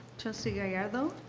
trustee gallardo?